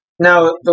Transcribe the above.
Now